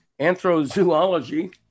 anthrozoology